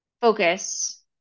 focus